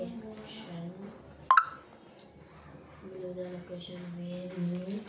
ನಾನು ಕಟ್ಟೊ ಇನ್ಸೂರೆನ್ಸ್ ಉಳಿತಾಯದ ಮೇಲೆ ಸಾಲ ತಗೋಬಹುದೇನ್ರಿ?